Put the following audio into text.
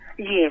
Yes